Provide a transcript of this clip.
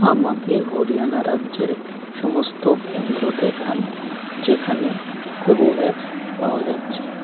আমাকে হরিয়ানা রাজ্যের সমস্ত কেন্দ্র দেখান যেখানে কোভোভ্যাক্স পাওয়া যাচ্ছে